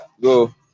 go